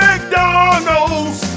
McDonald's